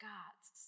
God's